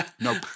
Nope